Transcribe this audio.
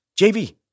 JV